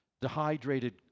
dehydrated